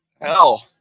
hell